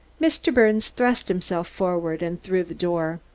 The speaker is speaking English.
mr. birnes thrust himself forward and through the door.